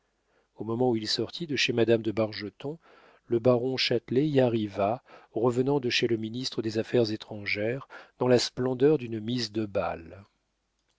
au moment où il sortit de chez madame de bargeton le baron châtelet y arriva revenant de chez le ministre des affaires étrangères dans la splendeur d'une mise de bal